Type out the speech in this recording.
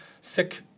sick